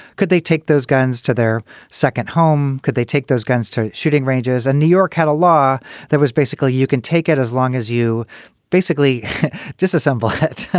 could they take those guns to their second home? could they take those guns to shooting ranges? and new york had a law that was basically you can take it as long as you basically disassemble it.